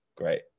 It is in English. great